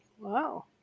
Wow